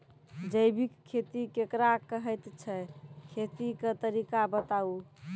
जैबिक खेती केकरा कहैत छै, खेतीक तरीका बताऊ?